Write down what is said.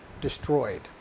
destroyed